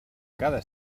cada